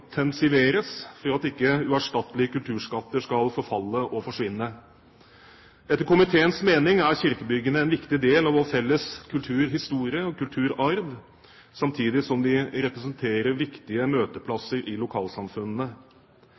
intensiveres for at ikke uerstattelige kulturskatter skal forfalle og forsvinne. Etter komiteens mening er kirkebyggene en viktig del av vår felles kulturhistorie og kulturarv, samtidig som de representerer viktige møteplasser i